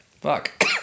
Fuck